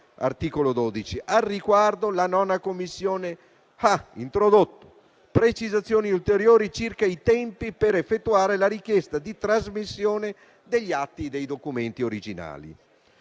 al riguardo, la 9a Commissione ha introdotto precisazioni ulteriori circa i tempi per effettuare la richiesta di trasmissione degli atti dei documenti originali.